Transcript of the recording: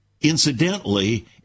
incidentally